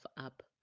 up